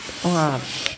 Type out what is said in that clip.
!wah!